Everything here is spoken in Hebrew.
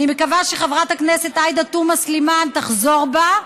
אני מקווה שחברת הכנסת עאידה תומא סלימאן תחזור בה,